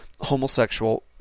homosexual